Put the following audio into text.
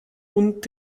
und